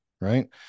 right